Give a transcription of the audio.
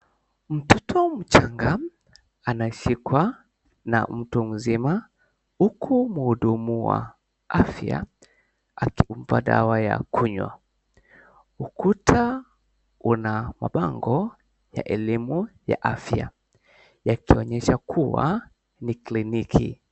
Mtoto mchanga anashikwa na mtu mzima, huku mhudumu wa afya akimpa dawa ya kunywa. Ukuta una mabango ya elimu ya afya, yakionyesha kuwa ni kliniki.